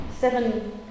seven